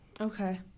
Okay